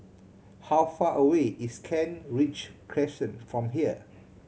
how far away is Kent Ridge Crescent from here